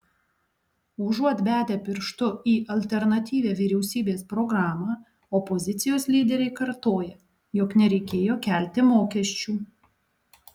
užuot bedę pirštu į alternatyvią vyriausybės programą opozicijos lyderiai kartoja jog nereikėjo kelti mokesčių